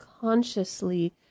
consciously